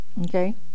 Okay